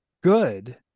good